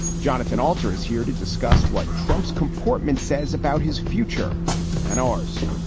jonathan alter is here to discuss what trump's comportment says about his future and ours